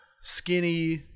skinny